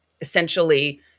essentially